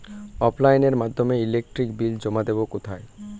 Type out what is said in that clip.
অফলাইনে এর মাধ্যমে ইলেকট্রিক বিল জমা দেবো কোথায়?